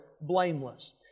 blameless